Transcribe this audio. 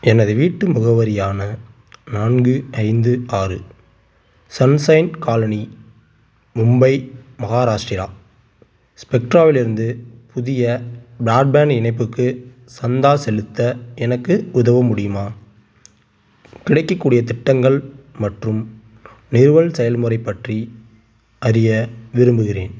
எனது வீட்டு முகவரியான நான்கு ஐந்து ஆறு சன்சைன் காலனி மும்பை மகாராஷ்டிரா ஸ்பெக்ட்ராவிலிருந்து புதிய ப்ராட்பேண்ட் இணைப்புக்கு சந்தா செலுத்த எனக்கு உதவ முடியுமா கிடைக்கக்கூடிய திட்டங்கள் மற்றும் நிறுவல் செயல்முறை பற்றி அறிய விரும்புகிறேன்